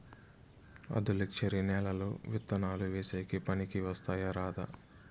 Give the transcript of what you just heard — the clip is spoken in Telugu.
ఆధులుక్షరి నేలలు విత్తనాలు వేసేకి పనికి వస్తాయా రాదా?